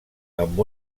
amb